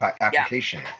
application